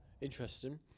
interesting